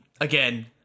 again